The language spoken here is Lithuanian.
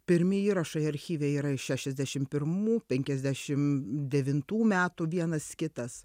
pirmi įrašai archyve yra iš šešiasdešim pirmų penkiasdešim devintų metų vienas kitas